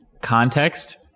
context